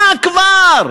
מה כבר?